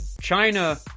China